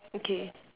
okay